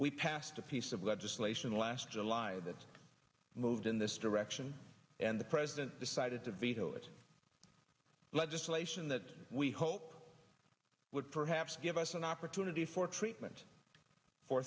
we passed a piece of legislation last july that's moved in this direction and the president decided to veto that legislation that we hope would perhaps give us an opportunity for treatment for